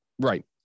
Right